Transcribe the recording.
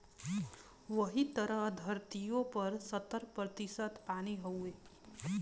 वही तरह द्धरतिओ का सत्तर प्रतिशत पानी हउए